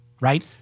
right